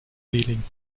reling